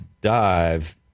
dive